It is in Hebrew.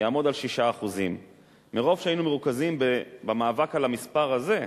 יעמוד על 6%. מרוב שהיינו מרוכזים במאבק על המספר הזה,